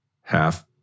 half